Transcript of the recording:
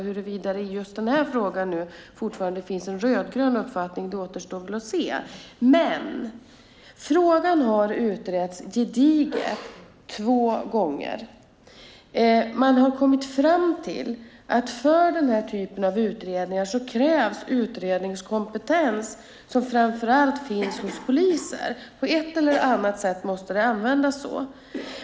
Huruvida det just i den här frågan fortfarande finns en rödgrön uppfattning återstår väl att se. Men frågan har utretts gediget två gånger. Man har kommit fram till att det för den här typen av utredningar krävs utredningskompetens som framför allt finns hos poliser. På ett eller annat sätt måste det användas så.